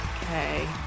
okay